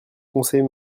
conseil